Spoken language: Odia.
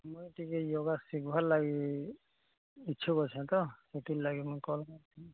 ମୁଇଁ ଟିକେ ୟୋଗା ଶିଖିବାର୍ ଲାଗି ଇଚ୍ଛୁକ ଅଛେ ତ ସେଥିର୍ଲାଗି ମୁଇଁ କଲ୍ କରିଥିଲି